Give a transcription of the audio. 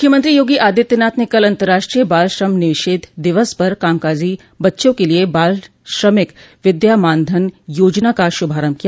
मुख्यमंत्री योगी आदित्यनाथ ने कल अतंर्राष्ट्रीय बाल श्रम निषेध दिवस पर कामकाजी बच्चों के लिये बाल श्रमिक विद्या मानधन योजना का श्भारम्भ किया